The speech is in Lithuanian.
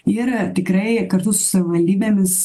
ir tikrai kartu su savivaldybėmis